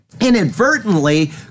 inadvertently